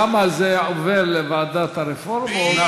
למה זה עובר לוועדת הרפורמות ולא אצלו.